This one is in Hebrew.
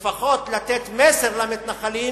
לפחות לתת מסר למתנחלים